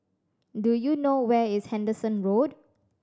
do you know where is Henderson Road